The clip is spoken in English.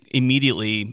immediately